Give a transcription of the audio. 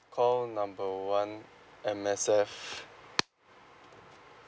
call number one M_S_F